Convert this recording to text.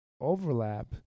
overlap